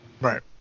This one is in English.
Right